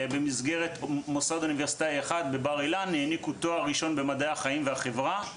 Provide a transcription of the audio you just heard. כאשר בבר אילן העניקו תואר ראשון במדעי החיים והחברה.